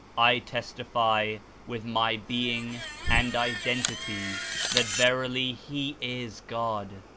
i testify with my being and identity that verily he is god.